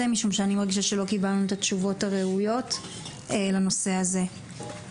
משום שאני מרגישה שלא קיבלנו את התשובות הראויות לנושא הזה.